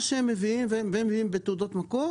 מה שהם מביאים והם מביאים עם תעודות מקור,